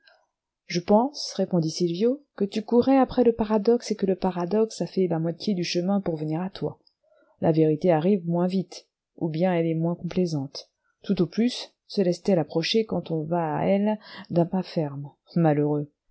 je pense répondit sylvio que tu courais après le paradoxe et que le paradoxe a fait la moitié du chemin pour venir à toi la vérité arrive moins vite ou bien elle est moins complaisante tout au plus se laisse-t-elle approcher quand on va à elle d'un pas ferme malheureux